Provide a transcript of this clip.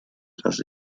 dass